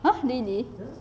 !huh! really